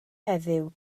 heddiw